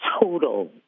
total